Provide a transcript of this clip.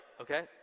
okay